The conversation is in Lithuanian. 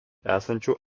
esančių